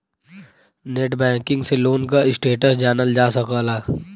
net banking से loan क status जानल जा सकला